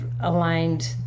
aligned